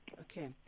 Okay